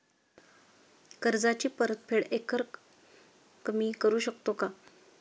कर्जाची परतफेड एकरकमी करू शकतो का?